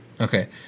Okay